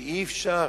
שאי-אפשר,